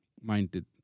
minded